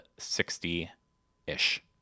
60-ish